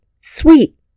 Sweet